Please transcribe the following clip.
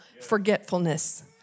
forgetfulness